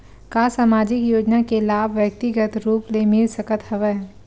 का सामाजिक योजना के लाभ व्यक्तिगत रूप ले मिल सकत हवय?